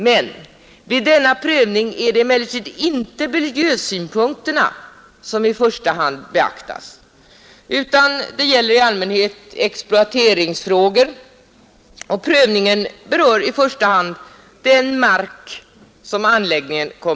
Men vid denna prövning är det emellertid inte miljösynpunkterna som i första hand beaktas, utan det gäller i allmänhet exploateringsfrågor och prövningen avser i första hand den mark som berörs av anläggningen.